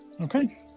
okay